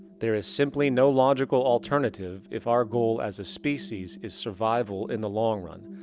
there is simply no logical alternative, if our goal as a species is survival in the long run.